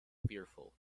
fearful